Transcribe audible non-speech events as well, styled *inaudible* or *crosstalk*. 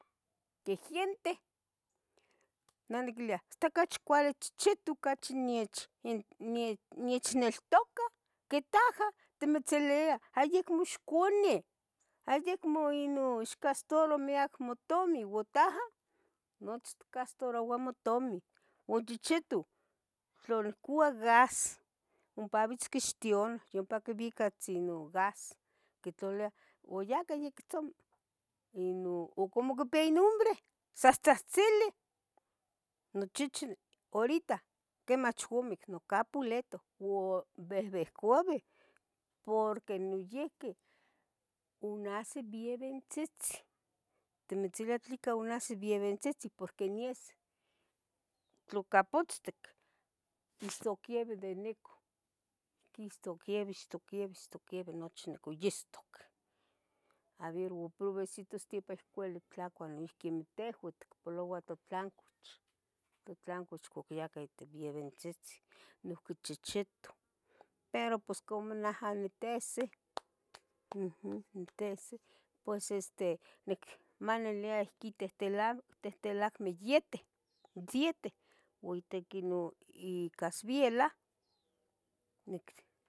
Queh giente nah niquilui hasta ocachi cuali chichitu ocachi nich- nichnieltoca que taha timitziluia ayic moxconi ayic moinon ixgastaro miac motomi uan taha nochi itgastaroua motomi uan in chichitu tla niccua gas, ompabits quichtiona yompa quibitsinoua gas, quitlolia oyahca yec tzoma inon o como icpia inombre sastsahtsili nochichi horita quemach omic nocapuleto obehbecuabe porque noyiuqui onasi bibientsitzitzin timitziluia tleca onahsi bibientzitzin porque ni es tlocapotztic ixtoquiebi de nica ixtoquiebi, ixtoquiebi nochi de nocoyistoc a ver uprobrecito hasta opeu cuali tlacua noiuqui tehua ticpolouah totlancoch, totlancoch ocquitbia bibientzitzin noiuqui in chicichitu, pero pos como naha ni tehsih *noise* nitehesih, pues este nicmanilia ihquin tithtilac, tihtilac miyete iete uan inon itic ienon casviela nic-